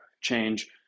change